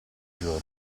giorno